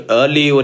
early